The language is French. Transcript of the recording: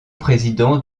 président